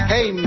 Hey